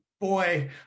boy